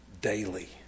daily